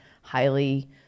highly